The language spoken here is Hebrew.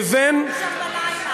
אין על זה ויכוח,